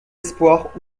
espoir